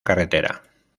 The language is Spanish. carretera